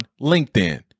LinkedIn